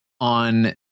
on